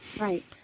Right